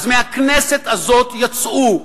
אז מהכנסת הזאת יצאו,